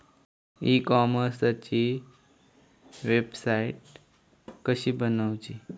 E कॉमर्सची website कशी बनवची?